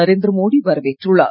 நரேந்திர மோடி வரவேற்றுள்ளார்